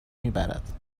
میبرد